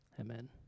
Amen